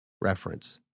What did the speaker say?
reference